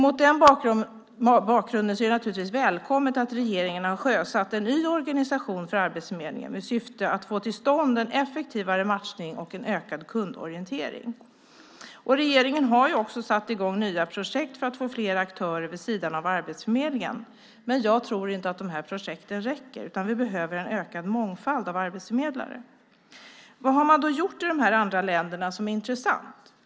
Mot den bakgrunden är det naturligtvis välkommet att regeringen har sjösatt en ny organisation för Arbetsförmedlingen i syfte att få till stånd en effektivare matchning och en ökad kundorientering. Regeringen har också satt i gång nya projekt för att få fler aktörer vid sidan av Arbetsförmedlingen. Men jag tror inte att de här projekten räcker, utan vi behöver en ökad mångfald av arbetsförmedlare. Vad har man då gjort i de andra länderna som är intressant?